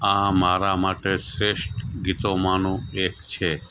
આ મારા માટે શ્રેષ્ઠ ગીતોમાંનું એક છે